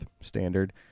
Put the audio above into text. standard